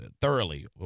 thoroughly